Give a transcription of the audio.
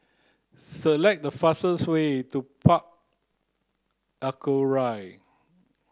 select the fastest way to Park Aquaria